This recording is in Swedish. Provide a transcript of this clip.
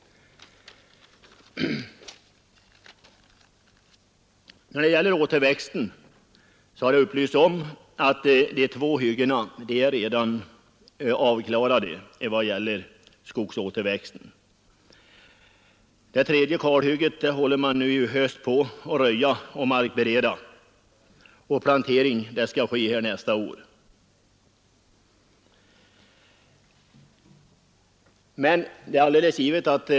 När det gäller återväxten av skog har det upplysts att två av hyggena redan är avklarade i det avseendet. Det tredje kalhygget håller man i höst på att röja och markbereda, och plantering skall ske nästa år.